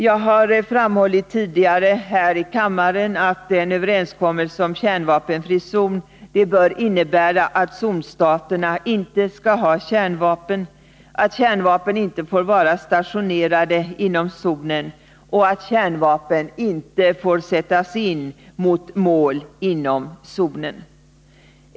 Jag har tidigare här i kammaren framhållit att en överenskommelse om att Norden skall vara en kärnvapenfri zon bör innebära att zonstaterna inte skall ha kärnvapen, att kärnvapen inte får stationeras inom zonen och att kärnvapen inte får sättas in mot mål inom zonen.